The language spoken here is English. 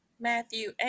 Matthew